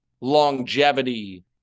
longevity